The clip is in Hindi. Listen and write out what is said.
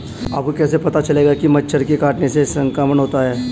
आपको कैसे पता चलेगा कि मच्छर के काटने से संक्रमण होता है?